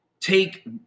take